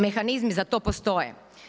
Mehanizmi za to postoje.